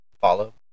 follow